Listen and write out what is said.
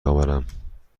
آورم